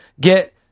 get